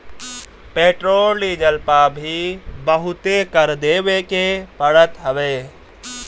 petrol diesel पअ भी बहुते कर देवे के पड़त हवे